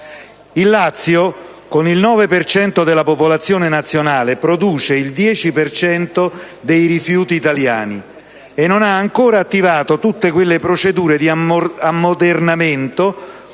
Il Lazio, con il 9 per cento della popolazione nazionale, produce il 10 per cento dei rifiuti italiani e non ha ancora attivato tutte quelle procedure di ammodernamento